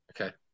Okay